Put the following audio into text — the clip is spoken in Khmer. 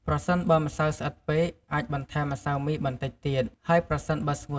ប្រសិនបើម្សៅស្អិតពេក អាចបន្ថែមម្សៅមីបន្តិចទៀត ហើយប្រសិនបើស្ងួតពេក អាចបន្ថែមទឹកដោះគោបន្តិចទៀត។